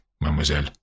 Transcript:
mademoiselle